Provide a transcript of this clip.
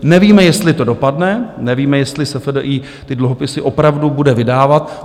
Nevíme, jestli to dopadne, nevíme, jestli SFDI ty dluhopisy opravdu bude vydávat.